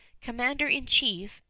commander-in-chief